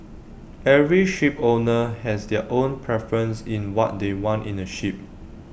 every shipowner has their own preference in what they want in A ship